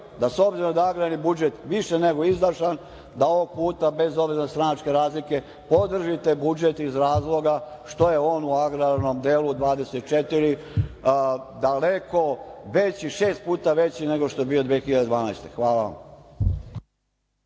da s obzirom da je agrarni budžet više nego izdašan, da ovog puta, bez obzira na stranačke razlike, podržite budžet iz razloga što je on u agrarnom delu 24 daleko veći, šest puta veći nego što je bio 2012. godine. Hvala vam.